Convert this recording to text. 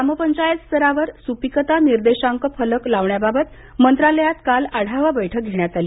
ग्रामपंचायतस्तरावर सुपिकता निर्देशांक फलक लावण्याबाबत मंत्रालयात काल आढावा बैठक घेण्यात आली